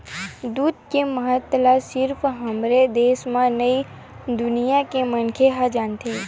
दूद के महत्ता ल सिरिफ हमरे देस म नइ दुनिया के मनखे ह जानत हे